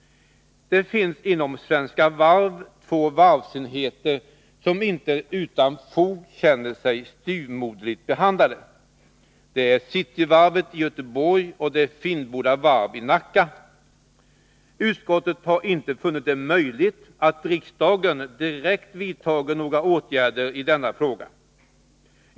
Det finns inom Svenska Varv två varvsenheter som inte utan fog känner sig styvmoderligt behandlade. Det är Cityvarvet i Göteborg och det är Finnboda Varfi Nacka. Utskottet har inte funnit det möjligt att riksdagen direkt vidtar några åtgärder i denna fråga.